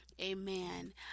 Amen